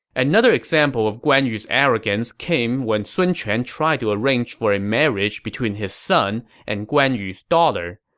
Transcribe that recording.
another example of guan yu's arrogance came when sun quan tried to arrange for a marriage between his son and guan yu's daughter.